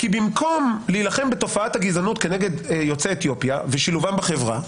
כי במקום להילחם בתופעת הגזענות כנגד יוצאי אתיופיה ושילובם בחברה,